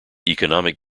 economic